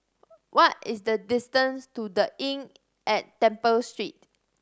what is the distance to The Inn at Temple Street